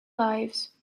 lives